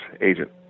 agent